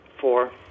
Four